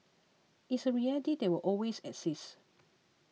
it's a reality that will always exist